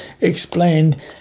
explained